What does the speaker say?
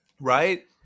Right